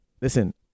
listen